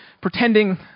pretending